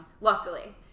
Luckily